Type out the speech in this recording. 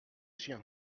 chiens